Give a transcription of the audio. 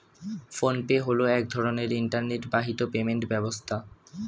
phone pay হলো এক ধরনের ইন্টারনেট বাহিত পেমেন্ট ব্যবস্থা